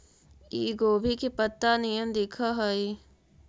इ गोभी के पतत्ता निअन दिखऽ हइ